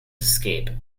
escape